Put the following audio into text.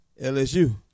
LSU